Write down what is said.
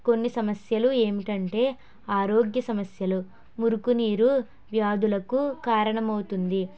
కొన్ని సమస్యలు ఏమిటంటే ఆరోగ్య సమస్యలు మురికి నీరు వ్యాధులకు కారణమవుతుంది